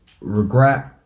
regret